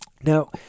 Now